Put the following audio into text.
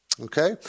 Okay